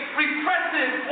repressive